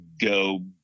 go